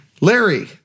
Larry